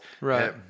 Right